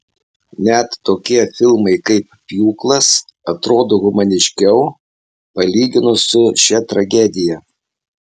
net tokie filmai kaip pjūklas atrodo humaniškiau palyginus su šia tragedija